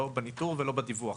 לא בניטור ולא בדיווח.